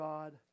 God